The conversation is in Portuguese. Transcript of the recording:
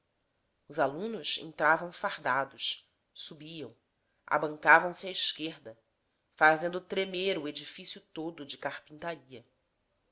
os alunos entravam fardados subiam abancavam se à esquerda fazendo tremer o edifício todo de carpintaria